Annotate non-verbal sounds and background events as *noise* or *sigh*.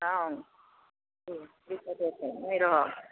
हँ से *unintelligible* नहि रहब